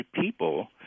people